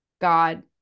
God